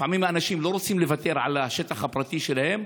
לפעמים אנשים לא רוצים לוותר על השטח הפרטי שלהם,